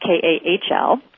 K-A-H-L